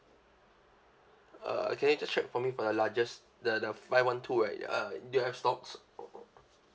uh can you just check for me for the largest the the five one two ah uh do you have stocks